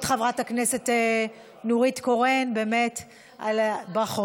נורית, יישר כוח.